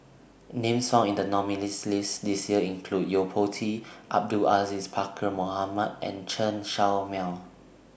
Names found in The nominees' list This Year include Yo Po Tee Abdul Aziz Pakkeer Mohamed and Chen Show Mao